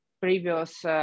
previous